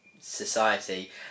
society